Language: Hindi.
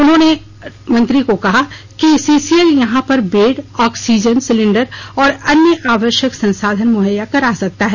उन्होंने मंत्री को बताया कि सीसीएल यहां पर बेड ऑक्सीजन सिलेंडर और अन्य आवश्यक संसाधन मुहैया करा सकता है